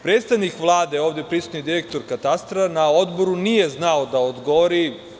Predstavnik Vlade, ovde prisutni direktor katastra, na Odboru nije znao da odgovori.